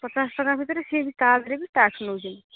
ପଚାଶ ଟଙ୍କା ଭିତରେ ସେ ବି ତା'ରରେ ବି ଟାକ୍ସ୍ ନେଉଛନ୍ତି